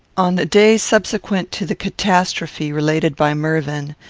on the day subsequent to the catastrophe related by mervyn,